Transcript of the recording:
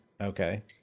Okay